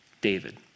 David